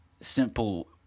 simple